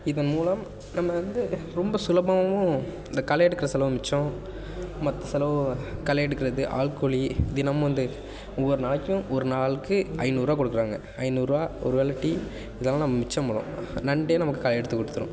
இதன் மூலம் நம்ம வந்து ரொம்ப சுலபமாகவும் இந்த களை எடுக்கிற செலவு மிச்சம் மற்ற செலவு களை எடுக்கிறது ஆள் கூலி தினமும் வந்து ஒவ்வொரு நாளைக்கும் ஒரு நாளுக்கு ஐநூறுரூவா கொடுக்குறாங்க ஐநூறுரூவா ஒரு வேலை டீ இதெல்லாம் நம்ம மிச்சமாகும் நண்டே நமக்கு எடுத்துக் கொடுத்துரும்